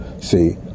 see